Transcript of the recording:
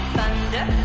Thunder